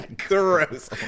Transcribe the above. Gross